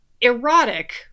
erotic